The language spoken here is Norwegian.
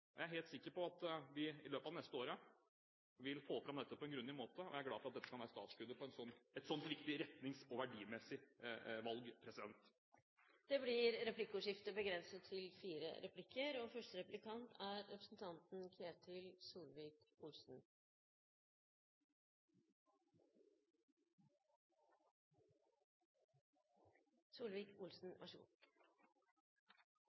vil jeg si at det er ikke sant. Jeg er helt sikker på at vi i løpet av det neste året vil få fram dette på en grundig måte, og jeg er glad for at dette kan være startskuddet på et slikt viktig retnings- og verdimessig valg. Det blir replikkordskifte. Det er interessant å høre på regnestykkene til lederen i finanskomiteen. For mens det er